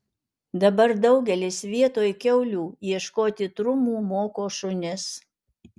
dabar daugelis vietoj kiaulių ieškoti trumų moko šunis